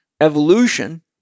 evolution